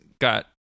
got